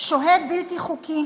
"שוהה בלתי חוקי